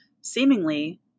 seemingly